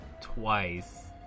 twice